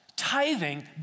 tithing